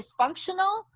dysfunctional